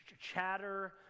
chatter